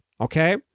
okay